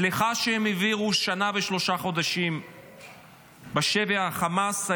סליחה שהם העבירו שנה ושלושה חודשים בשבי חמאס,